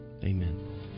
amen